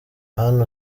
anne